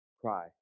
cry